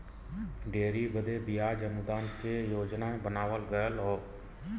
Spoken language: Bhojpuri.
डेयरी बदे बियाज अनुदान के योजना बनावल गएल हौ